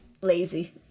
lazy